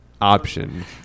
option